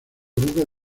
buques